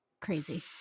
crazy